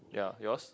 ya yours